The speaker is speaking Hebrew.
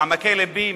מעמקי לבי,